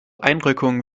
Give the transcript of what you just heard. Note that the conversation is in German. einrückung